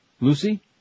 Lucy